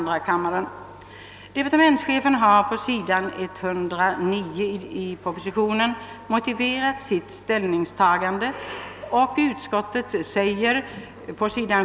Departementschefen har i propositionen motiverat sitt ställningstagande, och utskottet skriver på sid.